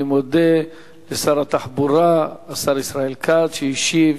אני מודה לשר התחבורה, השר ישראל כץ, שהשיב